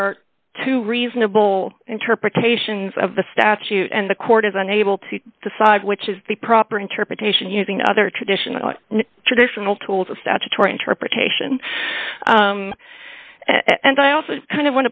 are two reasonable interpretations of the statute and the court is unable to decide which is the proper interpretation using other traditional traditional tools of statutory interpretation and i also kind of